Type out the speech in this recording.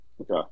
Okay